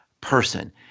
person